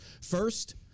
First